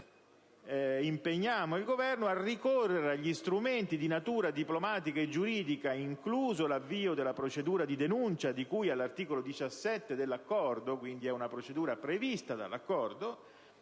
impegniamo il Governo «a ricorrere agli strumenti di natura diplomatica e giuridica, incluso l'avvio della procedura di denuncia di cui all'articolo 17 dell'Accordo,» (quindi è una procedura prevista dall'Accordo)